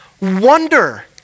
wonder